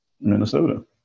Minnesota